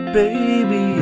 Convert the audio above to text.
baby